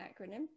acronym